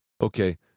Okay